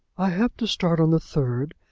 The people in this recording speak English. i have to start on the third,